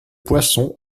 poisson